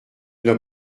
n’as